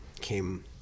came